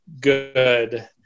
good